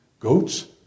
Goats